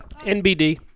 NBD